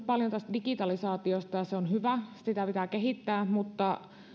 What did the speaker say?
paljon tästä digitalisaatiosta ja se on hyvä sitä pitää kehittää